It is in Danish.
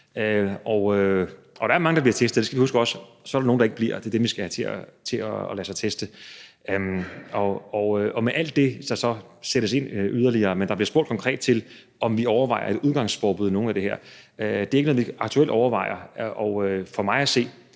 Og der er mange, der bliver testet, og det skal vi også huske, men så er der også nogle, der ikke bliver, og det er dem, vi skal have til at lade sig teste. Og der sættes så alt muligt ind yderligere. Der bliver spurgt konkret til, om vi overvejer et udgangsforbud, men det er ikke noget, vi aktuelt overvejer, og jeg er